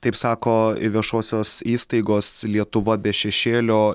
taip sako viešosios įstaigos lietuva be šešėlio